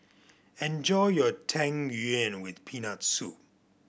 enjoy your Tang Yuen with Peanut Soup